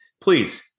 Please